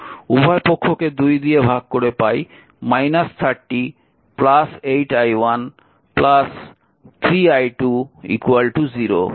উভয় পক্ষকে 2 দিয়ে ভাগ করে পাই 30 8 i1 3 i2 0